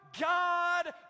God